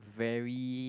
very